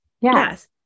Yes